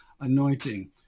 anointing